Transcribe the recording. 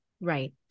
Right